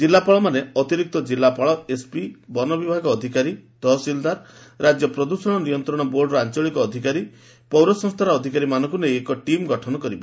କିଲ୍ଲୁପାଳମାନେ ଅତିରିକ୍ତ କିଲ୍ଲାପାଳ ଏସ୍ପି ବନ ବିଭାଗ ଅଧିକାରୀ ତହସିଲଦାର ରାଜ୍ୟ ପ୍ରଦୂଷଣ ନିୟନ୍ତଣ ବୋର୍ଡର ଆଞ୍ଚଳିକ ଅଧିକାରୀ ପୌରସଂସ୍ତାର ଅଧିକାରୀମାନଙ୍କୁ ନେଇ ଏକ ଟିମ୍ ଗଠନ କରାଯିବ